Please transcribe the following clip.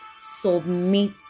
submit